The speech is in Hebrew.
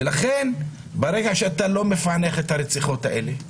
ולכן ברגע שאתה לא מפענח את הרציחות האלה,